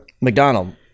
McDonald